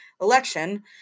election